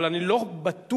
אני לא בטוח,